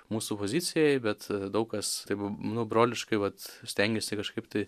mūsų pozicijai bet daug kas taip nu broliškai vat stengiasi kažkaip tai